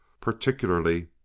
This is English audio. particularly